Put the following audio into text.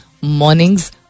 mornings